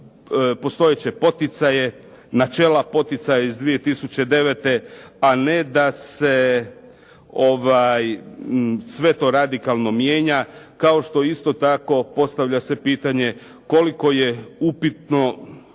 postojeće poticaje, načela poticaja iz 2009., a ne da se sve to radikalno mijenja. Kao što isto tako postavlja se pitanje koliko je upitno